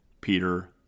Peter